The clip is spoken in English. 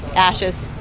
ashes.